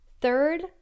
Third